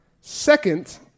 second